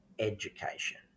education